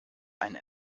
einen